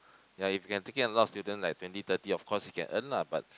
ya if he can take in a lot of students like twenty thirty of course he can earn lah but